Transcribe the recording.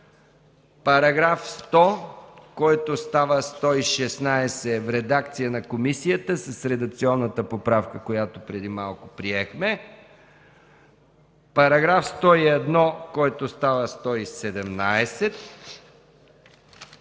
§ 100, който става § 116 в редакцията на комисията, с редакционната поправка, която преди малко приехме; § 101, който става § 117